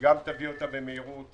גם תביא במהירות